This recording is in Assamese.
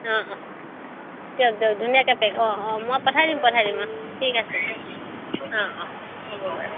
দিয়ক দিয়ক ধুনীয়াকৈ পেক অঁ অঁ মই পঠাই দিম পঠাই দিম অঁ ঠিক আছে অঁ অঁ হ'ব বাৰু